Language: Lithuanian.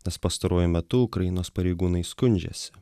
nes pastaruoju metu ukrainos pareigūnai skundžiasi